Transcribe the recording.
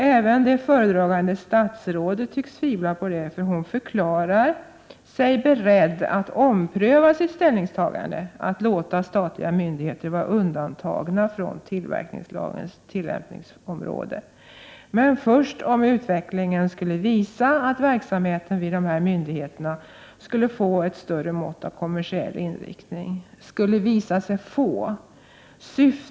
Även det föredragande statsrådet tycks tvivla på det, för hon förklarar att hon är beredd att ompröva sitt ställningstagande att låta statliga myndigheter vara undantagna från tillverkningslagens tillämpningsområde, men först om utvecklingen skulle visa att verksamheten vid dessa myndigheter skulle få ett större mått av kommersiell inriktning. Statsrådet säger alltså ”skulle visa sig få”.